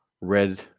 red